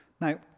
Now